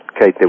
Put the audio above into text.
Kate